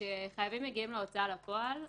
כאשר חייבים מגיעים להוצאה לפועל,